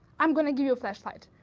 i'm going to give you a flashlight.